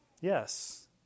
yes